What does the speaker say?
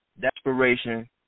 desperation